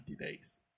days